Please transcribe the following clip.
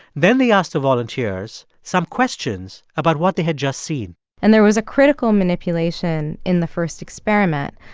then they asked the volunteers some questions about what they had just seen and there was a critical manipulation in the first experiment.